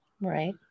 Right